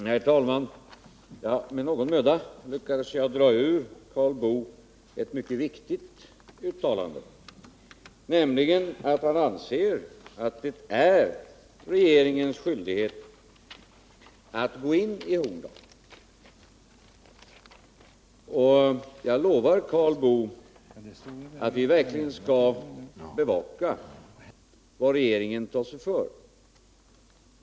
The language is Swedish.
Herr talman! Med någon möda lyckades jag dra ur Karl Boo ett mycket viktigt uttalande, nämligen att han anser att det är regeringens skyldighet att gåin i Horndal. Jag lovar Karl Boo att vi verkligen skall bevaka vad regeringen tar sig för.